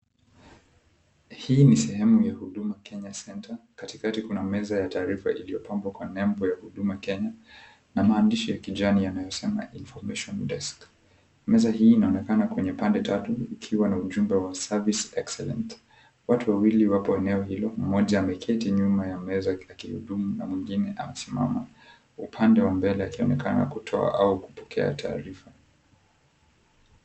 Hii ni sehemu ya 'Huduma Kenya Center'. Katikati kuna meza ya taarifa iliyopambwa nembo ya Huduma Kenya na maandishi ya kijani yanayosema INFORMATION DESK. Meza hii inaonekana kwenye pande tatu ikiwa na ujumbe wa Service Excellence. Watu wawili wapo eneo hilo, mmoja ameketi nyuma ya meza akihudumu na mwingine amesimama, upande wa mbele akionekana kutoa au kupokea taarifa.